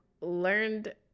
learned